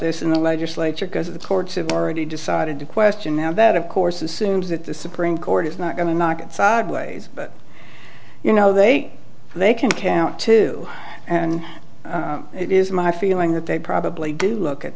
this in the legislature because the courts have already decided to question now that of course assumes that the supreme court is not going to knock it sideways but you know they they can count two and it is my feeling that they probably do look at